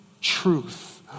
truth